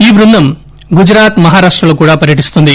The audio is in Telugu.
ఈ బృందం గుజరాత్ మహారాష్ణలో కూడా పర్యటిస్తుంది